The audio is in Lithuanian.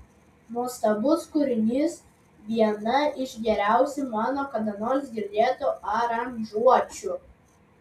nuostabus kūrinys viena iš geriausių mano kada nors girdėtų aranžuočių